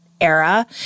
Era